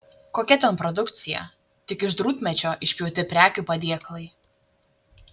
kokia ten produkcija tik iš drūtmedžio išpjauti prekių padėklai